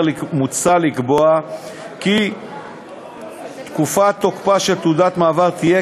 מוצע לקבוע כי תקופת תוקפה של תעודת מעבר תהיה,